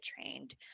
trained